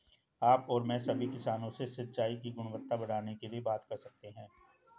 आप और मैं सभी किसानों से सिंचाई की गुणवत्ता बढ़ाने के लिए बात कर सकते हैं